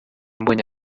mbonye